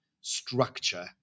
structure